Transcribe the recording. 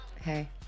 Hey